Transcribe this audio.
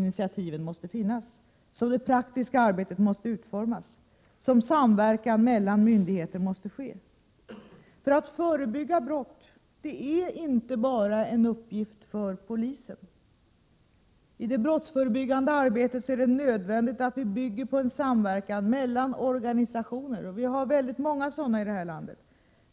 Det är där det praktiska arbetet måste utformas, det är där som samverkan mellan myndigheter måste ske. Att förebygga brott är nämligen inte bara en uppgift för polisen. I det brottsförebyggande arbetet är det nödvändigt att bygga på samverkan mellan organisationer — vi har ju många sådana här i landet